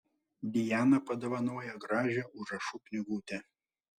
dijana padovanojo gražią užrašų knygutę